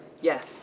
Yes